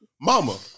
Mama